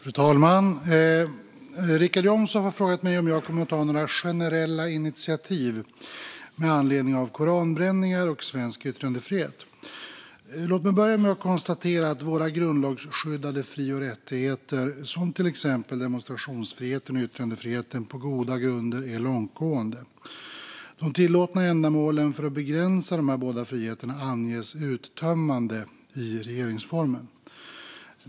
Fru talman! Richard Jomshof har frågat mig om jag kommer att ta några generella initiativ med anledning av koranbränningar och svensk yttrandefrihet. Låt mig börja med att konstatera att våra grundlagsskyddade fri och rättigheter, som till exempel demonstrationsfriheten och yttrandefriheten, på goda grunder är långtgående. De tillåtna ändamålen för att begränsa dessa båda friheter anges uttömmande i regeringsformen.